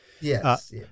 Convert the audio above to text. Yes